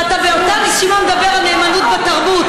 ואתה באותה נשימה מדבר על נאמנות בתרבות.